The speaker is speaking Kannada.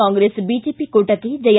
ಕಾಂಗ್ರೆಸ್ ಬಿಜೆಪಿ ಕೂಟಕ್ಕೆ ಜಯ